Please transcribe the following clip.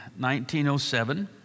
1907